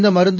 இந்த மருந்து